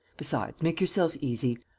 besides, make yourself easy.